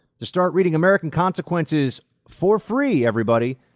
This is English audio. to start reading american consequences for free, everybody,